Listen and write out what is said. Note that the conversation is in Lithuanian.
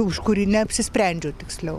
už kurį neapsisprendžiau tiksliau